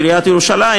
בעיריית ירושלים,